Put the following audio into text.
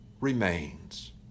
remains